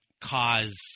cause